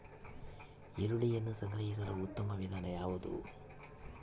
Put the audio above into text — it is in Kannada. ಈರುಳ್ಳಿಯನ್ನು ಸಂಗ್ರಹಿಸಲು ಉತ್ತಮ ವಿಧಾನ ಯಾವುದು?